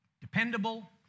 dependable